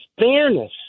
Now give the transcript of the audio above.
fairness